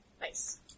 Nice